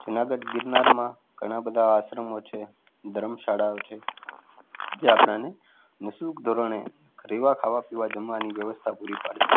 જૂનાગઢ ગિરનારમાં ઘણા બધા આશ્રમો છે ધર્મશાળોઓ છે જે આપણને નિઃશુલ્ક ધોરણે રહેવાં ખાવા પીવા જમવાની વ્યવસ્થા પૂરી પાડે છે